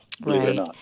Right